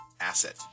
asset